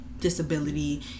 disability